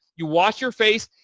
you wash your face.